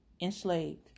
enslaved